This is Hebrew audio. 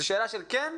זו שאלה של "כן"